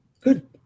Good